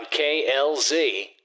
KLZ